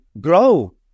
grow